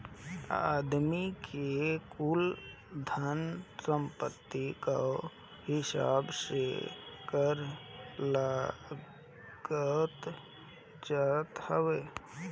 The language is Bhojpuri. आदमी के कुल धन सम्पत्ति कअ हिसाब से कर लगावल जात हवे